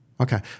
okay